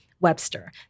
Webster